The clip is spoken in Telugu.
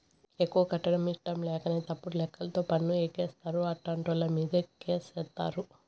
ఎక్కువ కట్టడం ఇట్టంలేకనే తప్పుడు లెక్కలతో పన్ను ఎగేస్తారు, అట్టాంటోళ్ళమీదే కేసేత్తారు